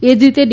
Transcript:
એજ રીતે ડી